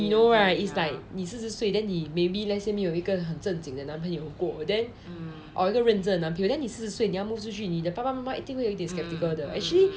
you know right is like 你四十岁 then 你 maybe let's say 你没有一个很正经的男朋友过 then or 一个认真的男朋友 then 你四十岁你突然间要 move 出去你的爸爸妈妈一定会有一点 skeptical 的 actually